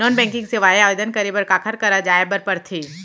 non banking सेवाएं बर आवेदन करे बर काखर करा जाए बर परथे